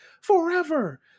forever